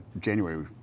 January